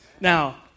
Now